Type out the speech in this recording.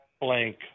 blank